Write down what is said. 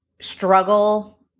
struggle